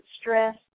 stress